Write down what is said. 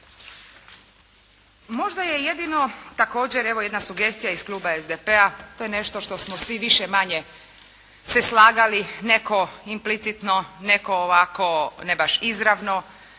Možda je jedino također evo jedna sugestija iz Kluba SDP-a, to je nešto što smo svi više-manje se slagali neko implicitno, neko ovako ne baš izravno